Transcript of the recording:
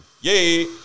Yay